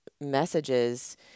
messages